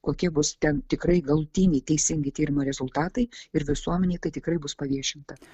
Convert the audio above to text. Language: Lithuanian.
kokie bus ten tikrai galutiniai teisingi tyrimų rezultatai ir visuomenei tai tikrai bus paviešinta